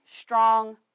strong